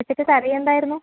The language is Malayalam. ഉച്ചയ്ക്ക് കറി എന്തായിരുന്നു